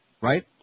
Right